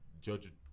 judge